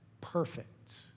perfect